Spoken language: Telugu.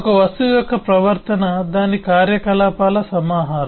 ఒక వస్తువు యొక్క ప్రవర్తన దాని కార్యకలాపాల సమాహారం